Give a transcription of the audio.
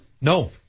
No